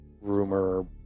rumor